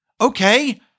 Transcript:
Okay